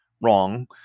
wrong